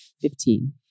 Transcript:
Fifteen